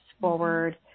forward